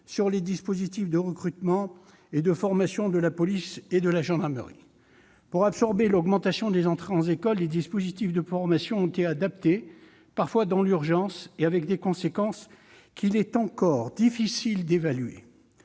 sur les dispositifs de recrutement et de formation de la police et de la gendarmerie. Pour absorber l'augmentation des entrées en école, les dispositifs de formation ont été adaptés, parfois dans l'urgence, avec des conséquences qu'il est encore difficile d'évaluer.